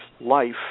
life